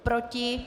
Proti?